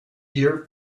year